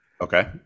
Okay